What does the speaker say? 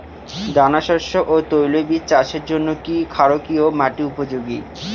দানাশস্য ও তৈলবীজ চাষের জন্য কি ক্ষারকীয় মাটি উপযোগী?